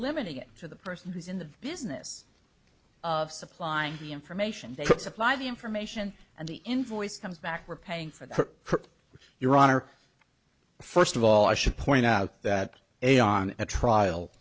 limiting it to the person who's in the business of supplying the information they can supply the information and the invoice comes back we're paying for that your honor first of all i should point out that a on a trial